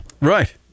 Right